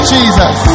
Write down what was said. Jesus